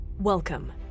Welcome